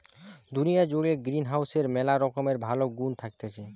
দুনিয়া জুড়ে গ্রিনহাউসের ম্যালা রকমের ভালো গুন্ থাকতিছে